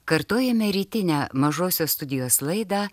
kartojame rytinę mažosios studijos laidą